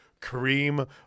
Kareem